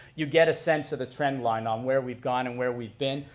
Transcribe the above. you get a sense of the trend line on where we've gone and where we've been,